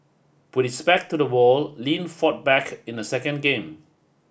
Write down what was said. with his back to the wall Lin fought back in the second game